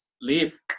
leave